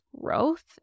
growth